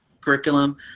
curriculum